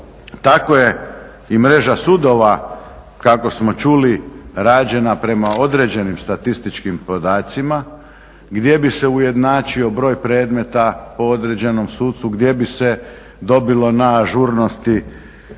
Tako je i mreža sudova kako smo čuli rađena prema određenim statističkim podacima gdje bi se ujednačio broj predmeta po određenom sucu, gdje bi se dobilo na ažurnosti.